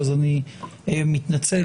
אני מתנצל.